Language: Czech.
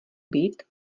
být